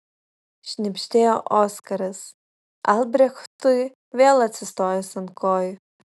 šnibždėjo oskaras albrechtui vėl atsistojus ant kojų